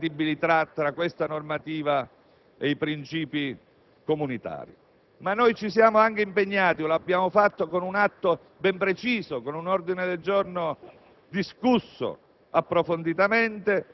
la questione relativa alla compatibilità tra la suddetta normativa e i principi comunitari. Noi ci siamo anche impegnati con un atto ben preciso, un ordine del giorno